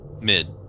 Mid